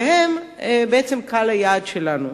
והם בעצם קהל היעד שלנו.